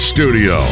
Studio